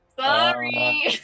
Sorry